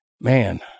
man